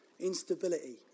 instability